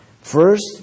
First